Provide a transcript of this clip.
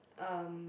um